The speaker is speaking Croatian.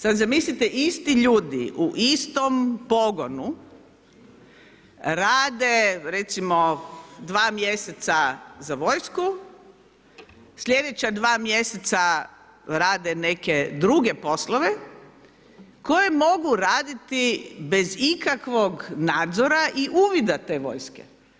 Sad zamislite isti ljudi u istom pogonu rade recimo dva mjeseca za vojsku, sljedeća dva mjeseca rade neke druge poslove koje mogu raditi bez ikakvog nadzora i uvida te vojske.